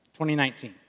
2019